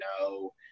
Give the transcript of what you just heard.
No